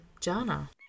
Jana